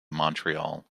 montreal